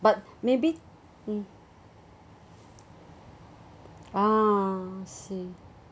but maybe mm ah I see